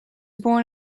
born